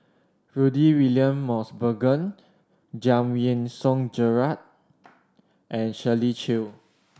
Rudy William Mosbergen Giam Yean Song Gerald and Shirley Chew